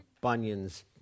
Bunyan's